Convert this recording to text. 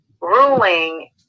ruling